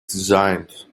designed